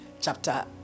chapter